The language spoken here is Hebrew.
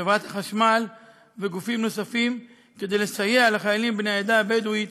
חברת החשמל ועוד כדי לסייע לחיילים בני העדה הבדואית